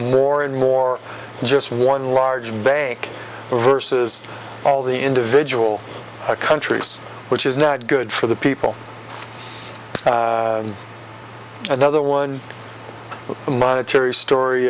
more and more just one large bank versus all the individual countries which is not good for the people another one monetary story